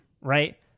right